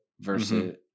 versus